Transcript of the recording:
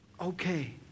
Okay